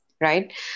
right